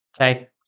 Okay